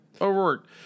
overworked